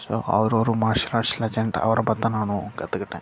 so அவர் ஒரு martial arts legend அவரை பார்த்து தான் நானும் கத்துக்கிட்டேன்